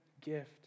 gift